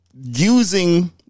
using